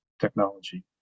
technology